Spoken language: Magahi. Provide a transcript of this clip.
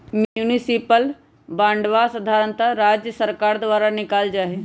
म्युनिसिपल बांडवा साधारणतः राज्य सर्कार द्वारा निकाल्ल जाहई